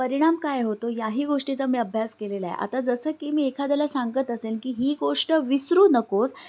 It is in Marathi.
परिणाम काय होतो याही गोष्टीचा मी अभ्यास केलेला आहे आता जसं की मी एखाद्याला सांगत असेल की ही गोष्ट विसरू नकोस